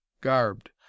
garbed